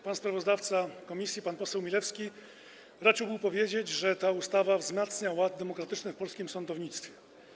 Pan sprawozdawca komisji, pan poseł Milewski, raczył był powiedzieć, że ta ustawa wzmacnia ład demokratyczny w polskim sądownictwie.